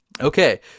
Okay